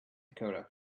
dakota